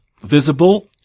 visible